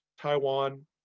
Taiwan